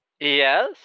Yes